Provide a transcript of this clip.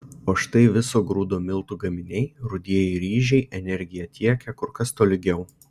o štai viso grūdo miltų gaminiai rudieji ryžiai energiją tiekia kur kas tolygiau